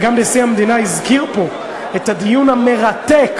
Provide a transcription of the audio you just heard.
וגם נשיא המדינה הזכיר פה את הדיון המרתק,